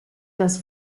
das